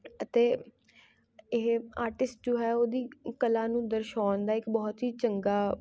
ਅਤੇ ਇਹ ਆਰਟਿਸਟ ਜੋ ਹੈ ਉਹਦੀ ਕਲਾ ਨੂੰ ਦਰਸ਼ਾਉਣ ਦਾ ਇੱਕ ਬਹੁਤ ਹੀ ਚੰਗਾ